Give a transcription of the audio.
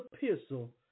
epistle